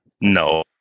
No